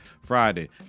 Friday